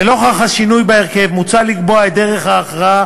לנוכח השינוי בהרכב מוצע לקבוע את דרך ההכרעה